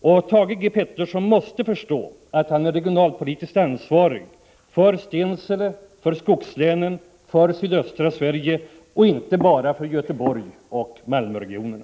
Thage G. Peterson måste förstå att han är regionalpolitiskt ansvarig också för Stensele, skogslänen och sydöstra Sverige, inte bara för Göteborgsoch Malmöregionerna.